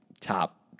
top